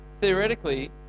Theoretically